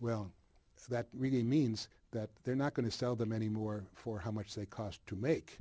well that really means that they're not going to sell them anymore for how much they cost to make